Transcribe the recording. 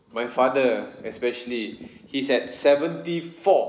my father especially he's at seventy four